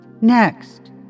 Next